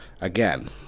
Again